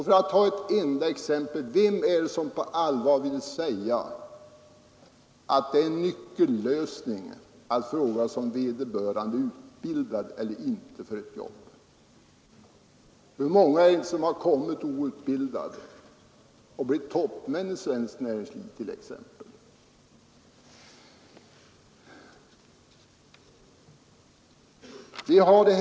För att ta ett enda exempel frågar jag: Vem vill på allvar säga att nyckellösningen ligger i att fråga sig om vederbörande är utbildad eller inte för ett jobb? Hur många har inte kommit outbildade men ändå blivit toppmän inom t.ex. näringslivet.